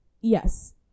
Yes